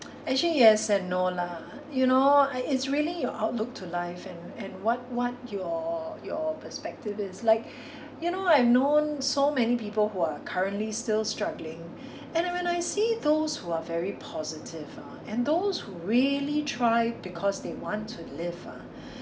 actually yes and no lah you know I it's really your outlook to life and and what what your your perspective is like you know I known so many people who are currently still struggling and when I see those who are very positive ah and those who really try because they want to live ah